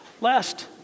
Last